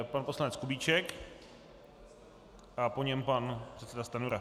Pan poslanec Kubíček a po něm pan předseda Stanjura.